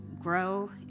grow